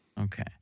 Okay